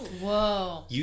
Whoa